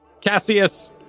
Cassius